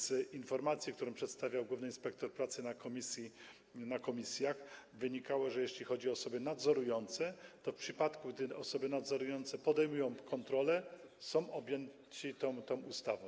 Z informacji, którą przedstawiał główny inspektor pracy na posiedzeniach komisji, wynikało, że jeśli chodzi o osoby nadzorujące, to w przypadku gdy osoby nadzorujące podejmują kontrolę, są objęte tą ustawą.